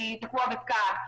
הוא תקוע בפקק,